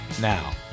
Now